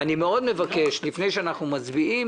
אני מבקש מאוד, לפני שאנחנו מצביעים,